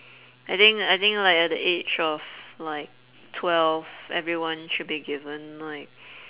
I think I think like at the age of like twelve everyone should be given like